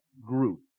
group